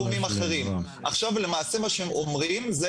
עכשיו למעשה מה שהם אומרים,